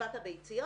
גניבת הביציות,